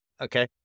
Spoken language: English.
Okay